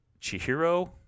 Chihiro